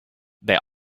they